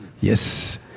yes